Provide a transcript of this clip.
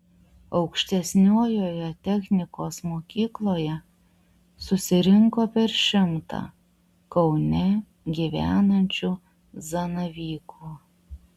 aukštesniojoje technikos mokykloje susirinko per šimtą kaune gyvenančių zanavykų